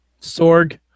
sorg